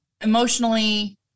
emotionally